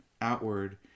outward